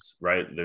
right